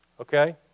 Okay